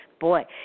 boy